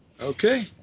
Okay